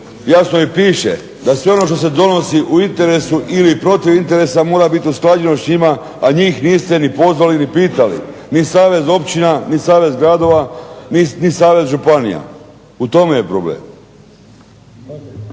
jasno i piše da sve ono što se donosi u interesu ili procjeni interesa mora biti usklađeno s njima a njih niste upoznali ni pitali, ni savez općina, ni savez gradova, ni savez županija u tome je problem.